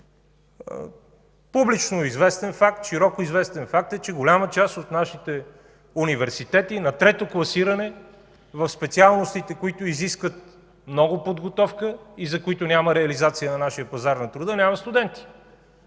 Публично известен факт, широко известен факт е, че за голяма част от нашите университети на трето класиране в специалностите, които изискват много подготовка и за които няма реализация на нашия пазар на труда, няма студенти.